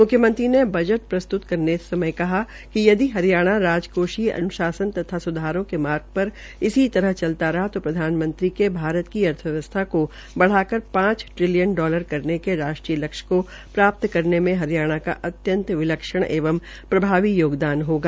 मुख्यमंत्री ने बजट प्रस्तुत करते समय कहा कि यदि हरियाणा राजकोषीय अन्शासन तथा सुधारों के मार्ग पर इसी तरह चलता रहा तो प्रधानमंत्री के भारत की अर्थव्यवस्था को बढ़ा कर पांच ट्रिलियन डालर करने के राष्ट्रीय लक्ष्य को प्राप्त करने में हरियाणा की अत्यंत विलक्षण एवं प्रभावी योगदान होगा